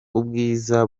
ubwiza